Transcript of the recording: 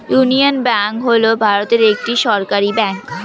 union Bank হল ভারতের একটি সরকারি ব্যাঙ্ক